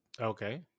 Okay